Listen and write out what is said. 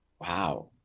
Wow